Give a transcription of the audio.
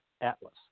Atlas